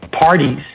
parties